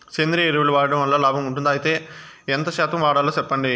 సేంద్రియ ఎరువులు వాడడం వల్ల లాభం ఉంటుందా? అయితే ఎంత శాతం వాడాలో చెప్పండి?